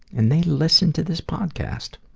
and they listen to this podcast!